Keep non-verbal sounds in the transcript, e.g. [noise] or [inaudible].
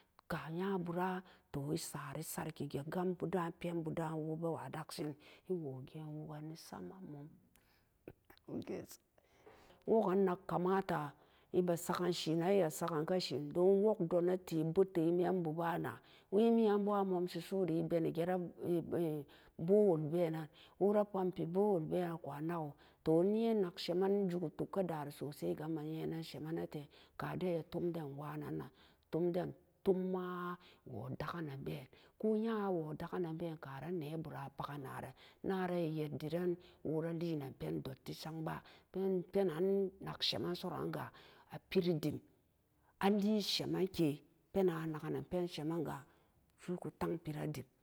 Ka nyabura toesari sorkige gambu da'an penbu do'an wobewe narshin ewo geen wugani sama mum [hesitation] wogan nag kamata ebe saggan shien iya sagganka shien don wuk donate pbete emembu bana wemiyanbo amomsi su'uri ebenigera [hesitation] bohole benan wora pampi bohole bee akua nago to inye nakshema injugu tug kadari sosaiga emma nyenan sheman nate kaden iya tom den nwa nan nan tom den tummaa woo dagananbeen ko nya woo daganan been karan nebura kpagan naran naran eyeddiran wora linan pen dotti sangba pen- penan nak sheman soranga apiri dimali shemanke penan anganan pensheman ga su'uku tang pira dim.